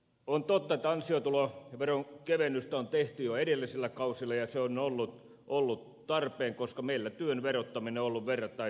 on totta että ansiotuloveron kevennystä on tehty jo edellisillä kausilla ja se on ollut tarpeen koska meillä työn verottaminen on ollut verrattain ankaraa